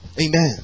Amen